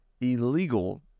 illegal